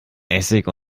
essig